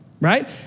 right